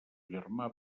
germà